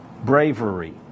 bravery